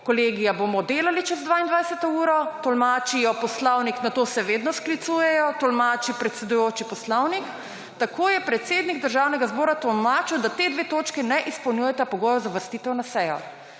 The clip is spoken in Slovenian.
kolegija bomo delali čez 22. uro, tolmačijo poslovnik, na to se vedno sklicujejo, tolmači predsedujoči poslovnik, tako je predsednik Državnega zbora tolmačil, da ti 2 točki ne izpolnjujeta pogojev za uvrstitev na sejo.